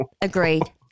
Agreed